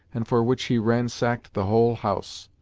and for which he ransacked the whole house.